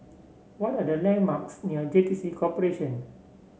what are the landmarks near J T C Corporation